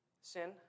Sin